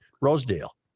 Rosedale